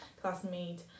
classmate